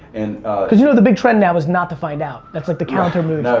and ah cause you know the big trend now is not to find out. that's like the counter move.